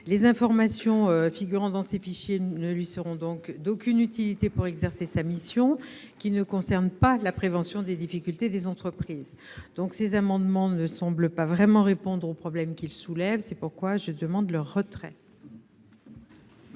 Les informations figurant dans ces fichiers ne lui seront donc d'aucune utilité pour exercer sa mission, qui ne concerne pas la prévention des difficultés des entreprises. Ainsi, ces amendements ne semblent pas vraiment répondre au problème qu'ils soulèvent. C'est la raison pour laquelle la